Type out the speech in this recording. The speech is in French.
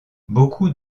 beaucoup